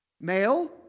Male